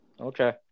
Okay